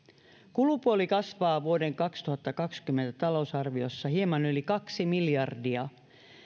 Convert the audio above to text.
kulupuoli kasvaa vuoden kaksituhattakaksikymmentä talousarviossa hieman yli kaksi miljardia